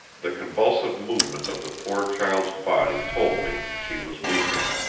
the convulsive movement of the poor child's body told me she was weeping.